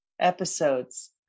episodes